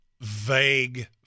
vague